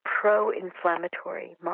pro-inflammatory